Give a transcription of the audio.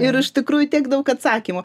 ir iš tikrųjų tiek daug atsakymų